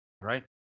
right